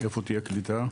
שבהם תהיה קליטה.